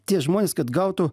tie žmonės kad gautų